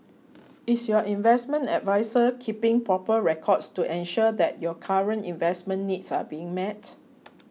is your investment adviser keeping proper records to ensure that your current investment needs are being met